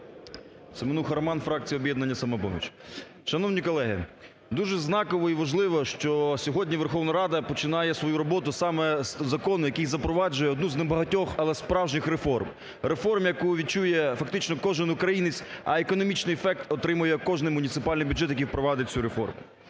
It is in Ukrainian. Семенуха Роман, фракція "Об'єднання "Самопоміч". Шановні колеги, дуже знаково і важливо, що сьогодні Верховна Рада починає свою роботу саме з закону, який запроваджує одну з небагатьох, але справжніх, реформ, реформ, яку відчує фактично кожен українець, а економічний ефект отримає кожний муніципальний бюджет, який впровадить цю реформу.